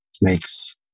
makes